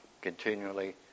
continually